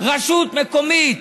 רשות מקומית,